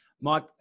Mike